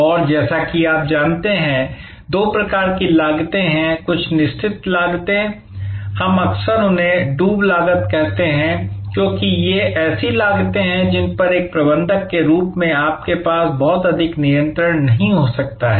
और जैसा कि आप जानते हैं दो प्रकार की लागतें हैं कुछ निश्चित लागतें हैं हम अक्सर उन्हें डूब लागत कहते हैं क्योंकि ये ऐसी लागतें हैं जिन पर एक प्रबंधक के रूप में आपके पास बहुत अधिक नियंत्रण नहीं हो सकता है